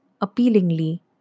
appealingly